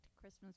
Christmas